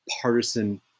partisan